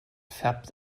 färbt